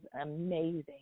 amazing